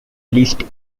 least